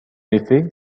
effet